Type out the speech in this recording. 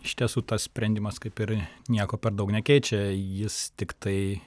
iš tiesų tas sprendimas kaip ir nieko per daug nekeičia jis tiktai